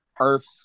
Earth